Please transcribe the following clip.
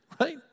right